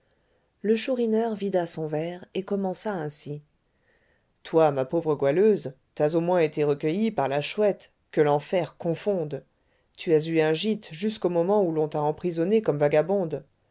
le chourineur vida son verre et commença ainsi toi ma pauvre goualeuse t'as au moins été recueillie par la chouette que l'enfer confonde tu as eu un gîte jusqu'au moment où l'on t'a emprisonnée comme vagabonde